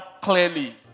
clearly